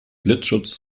blitzschutz